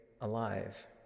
alive